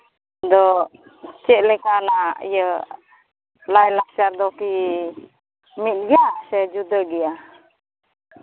ᱫᱚ ᱪᱮᱫ ᱞᱮᱠᱟᱱᱟ ᱤᱭᱟᱹ ᱞᱟᱭ ᱞᱟᱠᱪᱟᱨ ᱫᱚᱠᱤ ᱢᱤᱫ ᱜᱮᱭᱟ ᱥᱮ ᱡᱩᱫᱟᱹ ᱜᱮᱭᱟ